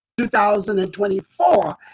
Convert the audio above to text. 2024